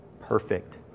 perfect